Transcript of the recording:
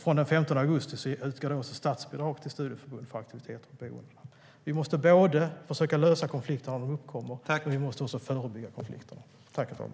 Från den 15 augusti utgår statsbidrag till studieförbund för aktiviteter på boendena. Vi måste både försöka lösa konflikterna när de uppkommer och förebygga dem.